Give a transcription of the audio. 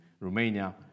Romania